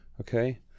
okay